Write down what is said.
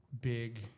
big